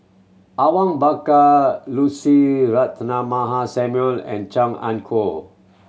Awang Bakar Lucy Ratnammah Samuel and Chan Ah Kow